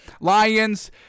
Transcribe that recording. Lions